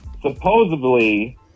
supposedly